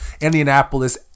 Indianapolis